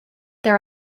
there